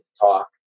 talk